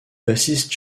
bassiste